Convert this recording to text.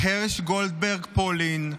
הרש גולדברג-פולין,